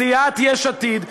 סיעת יש עתיד,